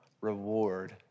reward